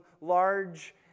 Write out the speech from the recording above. large